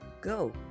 Go